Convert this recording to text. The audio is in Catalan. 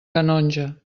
canonja